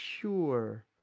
sure